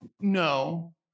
No